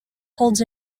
holds